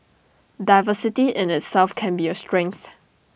diversity in itself can be A strength